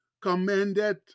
commended